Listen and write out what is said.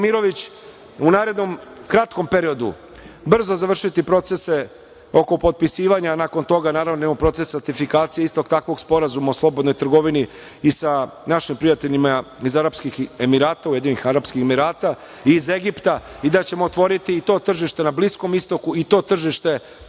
u narednom kratkom periodu brzo završiti procese oko potpisivanja, nakon toga, naravno, imamo proces sertifikacije istog takvog sporazuma o slobodnoj trgovini i sa našim prijateljima iz Arapskih Emirata, UEA, iz Egipta i da ćemo otvoriti i to tržište na Bliskom istoku i to tržište